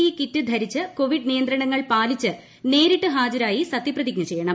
E kit ധശ്രിച്ച് covid നിയന്ത്രണങ്ങൾ പാലിച്ച് നേരിട്ട് ഹാജരായി സത്യപ്രിത്രീജ്ഞ ചെയ്യണം